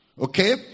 Okay